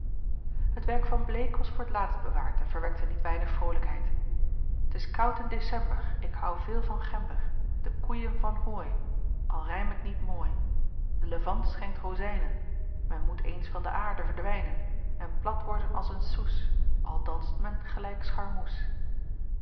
het werk van bleek was voor t laatst bewaard en verwekte niet weinig vrolijkheid t is koud in december ik hou veel van gember de koeien van hooi al rijm ik niet mooi de levant schenkt rozijnen men moet eens van de aarde verdwijnen en plat worden als een soes al danst men gelijk